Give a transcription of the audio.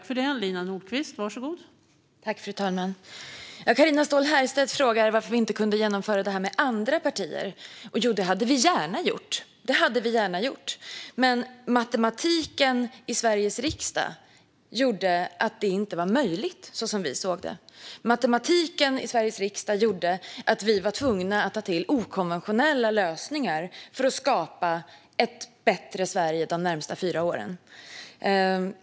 Fru talman! Carina Ståhl Herrstedt frågar varför vi inte kunde genomföra detta med andra partier. Jo, det hade vi gärna gjort! Men matematiken i Sveriges riksdag gjorde att det inte var möjligt, som vi såg det. Matematiken i Sveriges riksdag gjorde att vi var tvungna att ta till okonventionella lösningar för att skapa ett bättre Sverige de närmaste fyra åren.